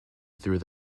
through